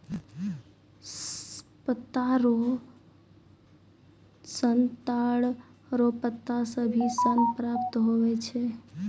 पत्ता रो सन ताड़ रो पत्ता से भी सन प्राप्त हुवै छै